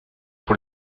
pour